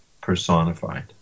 personified